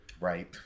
Right